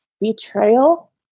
betrayal